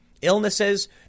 illnesses